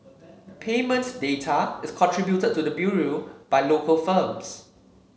payment data is contributed to the Bureau by local firms